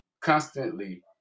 constantly